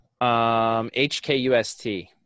HKUST